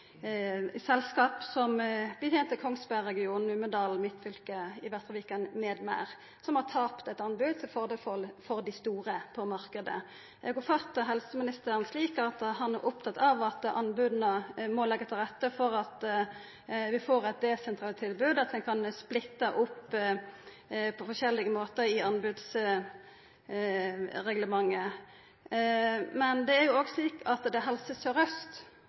selskap – det betener Kongsberg-regionen, Numedal, Midtfylket i Vestre Viken m.m. – som har tapt eit anbod til fordel for dei store på marknaden. Eg oppfatta helseministeren slik at han er opptatt av at anboda må leggja til rette for at vi får eit desentralisert tilbod, og at ein kan splitta opp på forskjellige måtar i anbodsreglementet. Men det er jo òg slik at det er Helse